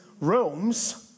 realms